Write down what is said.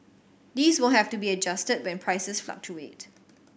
these will have to be adjusted when prices fluctuate